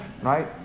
Right